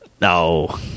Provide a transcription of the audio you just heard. No